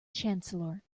chancellor